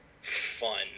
fun